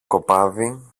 κοπάδι